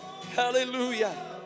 hallelujah